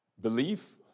Belief